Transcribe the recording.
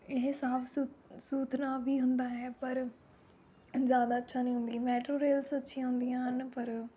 ਇਹ ਸਾਫ ਸੁਥ ਸੁਥਰਾ ਵੀ ਹੁੰਦਾ ਹੈ ਪਰ ਜ਼ਿਆਦਾ ਅੱਛਾ ਨਹੀਂ ਹੁੰਦੀ ਮੈਟਰੋ ਰੇਲਜ਼ ਅੱਛੀਆਂ ਹੁੰਦੀਆਂ ਹਨ ਪਰ